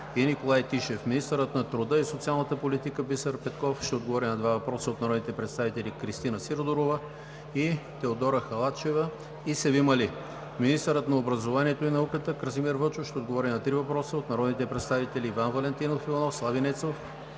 Николай Тишев; - министърът на труда и социалната политика Бисер Петков ще отговори на два въпроса от народните представители Кристина Сидорова, Теодора Халачева и Севим Али; - министърът на образованието и науката Красимир Вълчев ще отговори на три въпроса от народните представители Иван Валентинов Иванов; Слави Нецов;